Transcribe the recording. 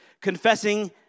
confessing